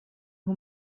who